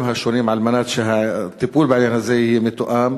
השונים על מנת שהטיפול בעניין הזה יהיה מתואם.